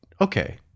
okay